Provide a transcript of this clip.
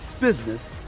business